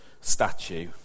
statue